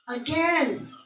Again